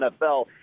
NFL